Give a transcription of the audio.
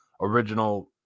original